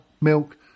milk